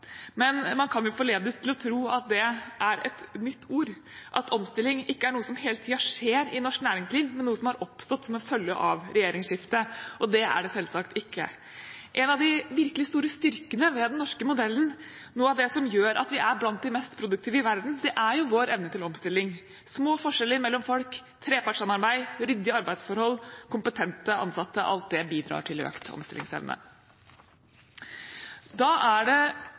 Men man kan jo forledes til å tro at det er et nytt ord, at omstilling ikke er noe som hele tiden skjer i norsk næringsliv, men noe som har oppstått som en følge av regjeringsskiftet. Det er det selvsagt ikke. En av de virkelig store styrkene ved den norske modellen, noe av det som gjør at vi er blant de mest produktive i verden, er vår evne til omstilling. Små forskjeller mellom folk, trepartssamarbeid, ryddige arbeidsforhold, kompetente ansatte – alt dette bidrar til økt omstillingsevne. Da er det